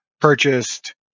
purchased